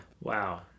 Wow